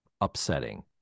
upsetting